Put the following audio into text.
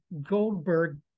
Goldberg